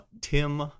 Tim